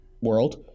world